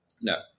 No